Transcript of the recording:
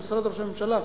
ממשרד ראש הממשלה,